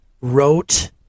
wrote